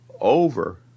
over